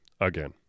again